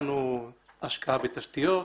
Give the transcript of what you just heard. יש לנו השקעה בתשתיות.